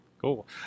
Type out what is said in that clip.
cool